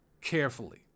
carefully